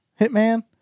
Hitman